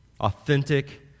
Authentic